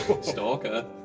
Stalker